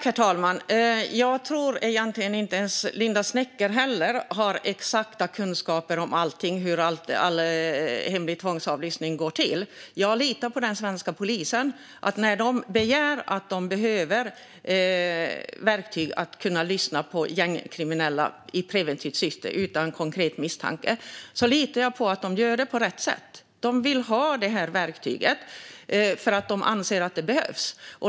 Herr talman! Jag tror egentligen inte att Linda Snecker heller har exakta kunskaper om allting när det gäller hur hemlig tvångsavlyssning går till. Jag litar på den svenska polisen. När de begär verktyg som de behöver för att kunna lyssna på gängkriminella i preventivt syfte, utan konkret misstanke, litar jag på att de gör detta på rätt sätt. De vill ha detta verktyg för att de anser att det behövs.